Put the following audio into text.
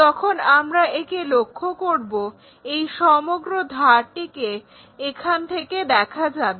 যখন আমরা একে লক্ষ্য করবো এই সমগ্র ধারটিকে এখান থেকে দেখা যাবে